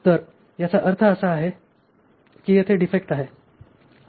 तर याचा अर्थ असा आहे की येथे डिफेक्ट आहे